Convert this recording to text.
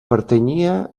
pertanyia